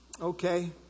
Okay